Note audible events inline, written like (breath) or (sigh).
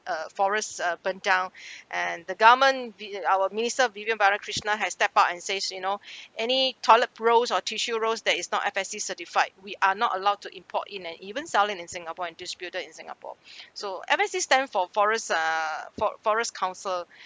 uh forests uh burnt down (breath) and the government the our minister vivian balakrishnan has step up and says you know (breath) any toilet rolls or tissue rolls that is not F_S_C certified we are not allowed to import in and even selling in singapore and distributed in singapore (breath) so F_S_C stand for forest err fo~ forest council